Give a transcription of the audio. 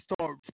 start